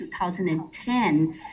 2010